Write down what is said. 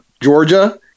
Georgia